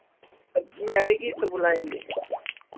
अबकी आएगी तो बुलाएँगे